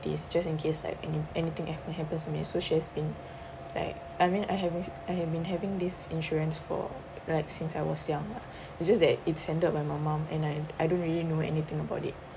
these just in case like any anything happen happen to me so she has been like I mean I have I had been having this insurance for like since I was young is just that it's signed by my mom and I I don't really know anything about it